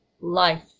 life